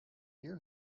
fear